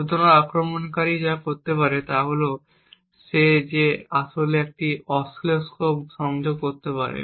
সুতরাং আক্রমণকারী যা করতে পারে তা হল যে সে আসলে একটি অসিলোস্কোপ সংযোগ করতে পারে